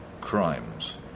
crimes